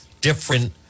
different